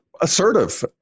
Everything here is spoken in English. assertive